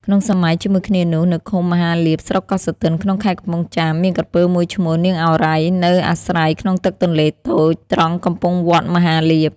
ក្នុងសម័យជាមួយគ្នានោះ នៅឃុំមហាលាភ ស្រុកកោះសុទិន ក្នុងខេត្តកំពង់ចាម មានក្រពើមួយឈ្មោះ " នាងឱរ៉ៃ " នៅអាស្រ័យក្នុងទឹកទន្លេតូច ត្រង់កំពង់វត្តមហាលាភ។